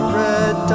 red